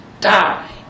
die